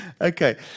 Okay